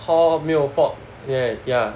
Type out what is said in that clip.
hall 没有 fob yeah yeah